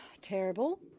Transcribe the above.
Terrible